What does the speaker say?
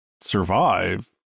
survive